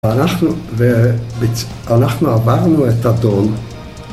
ואנחנו עברנו את הדון